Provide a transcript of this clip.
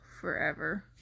forever